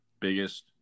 biggest